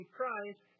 Christ